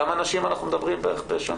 על כמה נשים אנחנו מדברים בשנה?